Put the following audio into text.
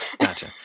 Gotcha